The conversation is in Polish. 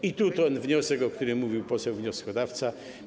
I tu ten wniosek, o którym mówił poseł wnioskodawca.